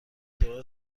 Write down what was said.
دلار